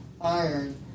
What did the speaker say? iron